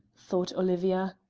thought olivia.